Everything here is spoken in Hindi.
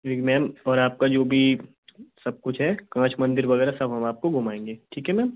जी मैम और आपका जो भी सब कुछ है काँच मंदिर वग़ैरह सब हम आपको घुमाएँगे ठीक है मैम